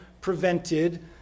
prevented